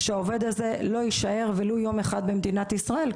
שהעובד הזה לא יישאר ולו יום אחד במדינת ישראל,